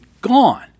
gone